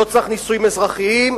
לא צריך נישואים אזרחיים,